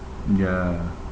ya